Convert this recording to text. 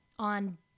on